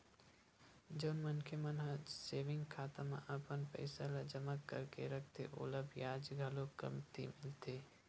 जउन मनखे मन ह सेविंग खाता म अपन पइसा ल जमा करके रखथे ओला बियाज घलो कमती मिलथे